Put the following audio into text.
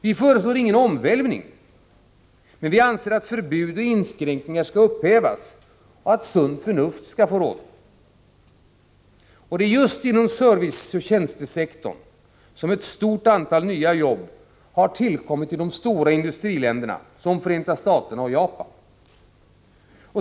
Vi föreslår ingen omvälvning, men vi anser att förbud och inskränkningar skall upphävas och att sunt förnuft skall få råda. Det är just inom serviceoch tjänstesektorn som ettstort antal nya jobb har tillkommit i de stora industriländerna som Förenta Staterna och Japan.